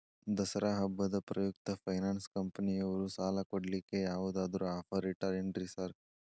ದಸರಾ ಹಬ್ಬದ ಪ್ರಯುಕ್ತ ಫೈನಾನ್ಸ್ ಕಂಪನಿಯವ್ರು ಸಾಲ ಕೊಡ್ಲಿಕ್ಕೆ ಯಾವದಾದ್ರು ಆಫರ್ ಇಟ್ಟಾರೆನ್ರಿ ಸಾರ್?